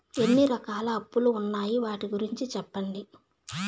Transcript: ఎన్ని రకాల అప్పులు ఉన్నాయి? వాటి గురించి సెప్పండి?